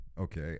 okay